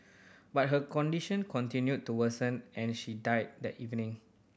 but her condition continued to worsen and she died that evening